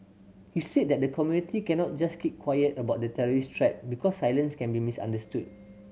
he said that the community cannot just keep quiet about the terrorist threat because silence can be misunderstood